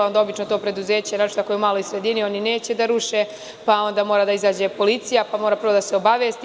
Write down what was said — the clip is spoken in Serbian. Onda obično to preduzeće, naročito ako je u maloj sredini, oni neće da ruše, pa onda mora da izađe policija, pa mora prvo da se obavesti.